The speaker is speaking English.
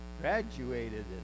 graduated